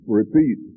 repeat